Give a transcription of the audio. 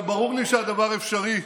ברור לי שהדבר אפשרי,